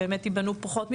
שייבנו פחות מבנים,